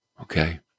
Okay